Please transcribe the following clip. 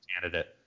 candidate